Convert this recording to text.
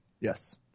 Yes